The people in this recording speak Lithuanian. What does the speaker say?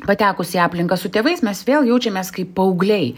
patekus į aplinką su tėvais mes vėl jaučiamės kaip paaugliai